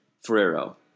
Ferrero